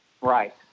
Right